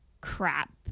crap